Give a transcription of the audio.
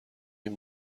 این